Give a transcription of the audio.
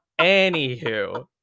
Anywho